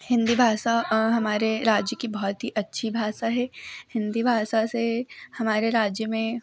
हिन्दी भाषा हमारे राज्य की बहुत ही अच्छी भाषा है हिन्दी भाषा से हमारे राज्य में